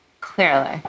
Clearly